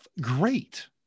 great